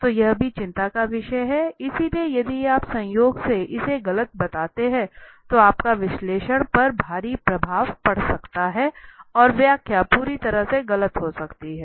तो यह भी चिंता का विषय है इसलिए यदि आप संयोग से इसे गलत बताते हैं तो आपका विश्लेषण पर भारी प्रभाव पड़ सकता है और व्याख्या पूरी तरह से गलत हो सकती है